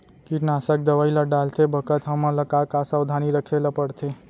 कीटनाशक दवई ल डालते बखत हमन ल का का सावधानी रखें ल पड़थे?